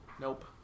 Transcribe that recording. Nope